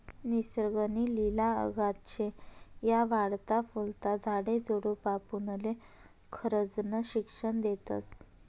निसर्ग नी लिला अगाध शे, या वाढता फुलता झाडे झुडपे आपुनले खरजनं शिक्षन देतस